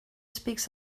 speaks